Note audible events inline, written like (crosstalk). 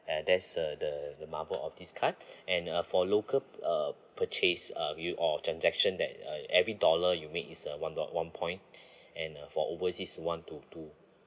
uh that's uh the the marvel of this card (breath) and uh for local uh purchase uh you or transaction that uh every dollar you make is a one dol~ one point (breath) and uh for overseas one to two